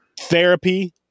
Therapy